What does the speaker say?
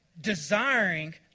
desiring